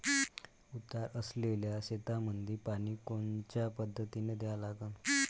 उतार असलेल्या शेतामंदी पानी कोनच्या पद्धतीने द्या लागन?